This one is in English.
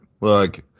look